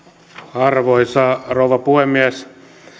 arvoisa rouva puhemies